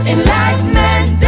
Enlightenment